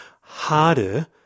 harder